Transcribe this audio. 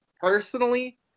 personally